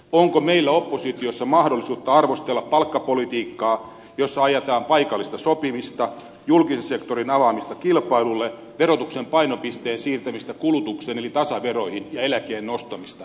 onko meillä oppositiossa mahdollisuutta arvostella palkkapolitiikkaa jossa ajetaan paikallista sopimista julkisen sektorin avaamista kilpailulle verotuksen painopisteen siirtämistä kulutukseen eli tasaveroihin ja eläkeiän nostamista